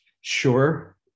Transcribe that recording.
sure